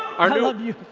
i love you.